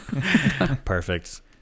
Perfect